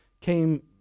came